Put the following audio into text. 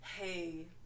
hey